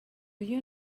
you